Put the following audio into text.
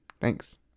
Thanks